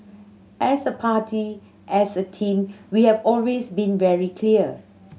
as a party as a team we have always been very clear